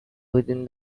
within